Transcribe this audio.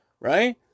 right